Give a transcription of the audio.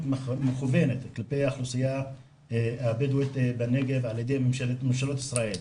מכוונת כלפי האוכלוסייה הבדואית בנגב על ידי ממשלות ישראל,